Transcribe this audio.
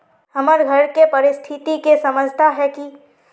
हमर घर के परिस्थिति के समझता है की?